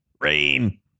rain